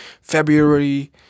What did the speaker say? February